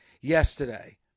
yesterday